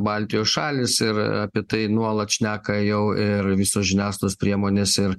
baltijos šalys ir apie tai nuolat šneka jau ir visos žiniasklaidos priemonės ir